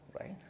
Right